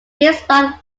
gamespot